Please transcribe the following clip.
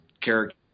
character